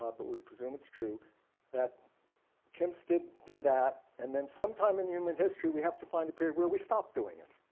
ah but we presume it's true that chimps did did that and then sometime in human history we have to find a period where we stopped doing it.